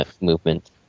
movement